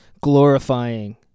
Glorifying